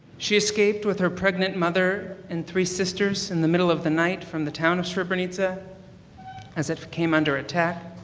she escaped with her pregnant mother and three sisters in the middle of the night from the town of srebrenica as it came under attack.